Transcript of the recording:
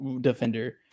defender